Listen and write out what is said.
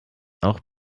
auch